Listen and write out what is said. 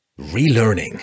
relearning